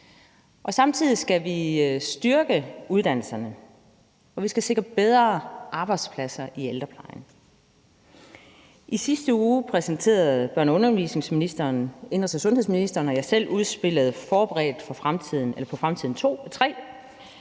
Samtidig skal vi styrke uddannelserne, og vi skal sikre bedre arbejdspladser i ældreplejen. I sidste uge præsenterede børne- og undervisningsministeren, indenrigs- og sundhedsministeren og jeg selv udspillet »Forberedt på fremtiden